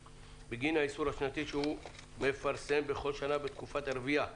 בגין האיסור השנתי שהוא מפרסם בכל שנה בתקופת הרבייה.